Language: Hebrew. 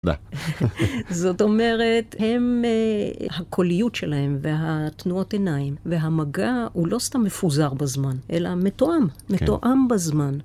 זאת אומרת, הם, הקוליות שלהם והתנועות עיניים והמגע הוא לא סתם מפוזר בזמן, אלא מתואם, מתואם בזמן.